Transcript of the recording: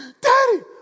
Daddy